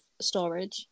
storage